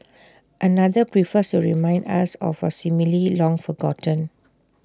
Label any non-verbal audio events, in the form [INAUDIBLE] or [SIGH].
another prefers to remind us of A [UNINTELLIGIBLE] long forgotten